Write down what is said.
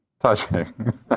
Touching